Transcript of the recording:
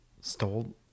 Stole